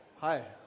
Hi